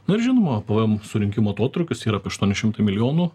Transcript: nu ir žinoma pvm surinkimo atotrūkis yra apie aštuoni šimtai milijonų